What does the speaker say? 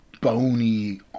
bony